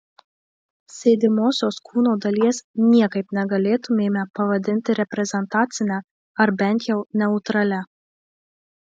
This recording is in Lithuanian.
sėdimosios kūno dalies niekaip negalėtumėme pavadinti reprezentacine ar bent jau neutralia